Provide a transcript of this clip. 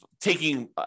taking